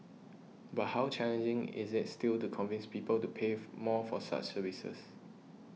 but how challenging is it still to convince people to pay for more for such services